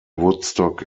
woodstock